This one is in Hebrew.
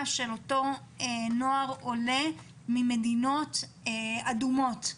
של אותו נוער עולה ממדינות אדומות.